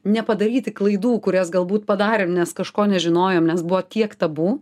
nepadaryti klaidų kurias galbūt padarėm nes kažko nežinojom nes buvo tiek tabu